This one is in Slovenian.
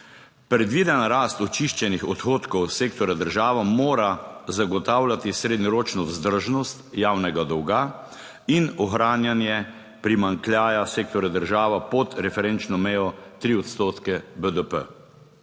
Predvidena rast očiščenih odhodkov sektorja država mora zagotavljati srednjeročno vzdržnost javnega dolga in ohranjanje primanjkljaja sektorja država pod referenčno mejo 3 odstotke BDP.